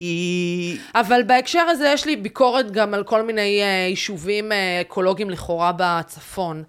היא... אבל בהקשר הזה יש לי ביקורת גם על כל מיני יישובים אקולוגיים לכאורה בצפון.